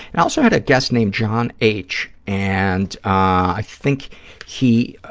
and i also had a guest named john h. and i think he